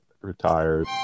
retired